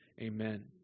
amen